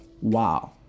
wow